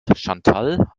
chantal